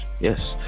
Yes